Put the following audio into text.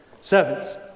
Servants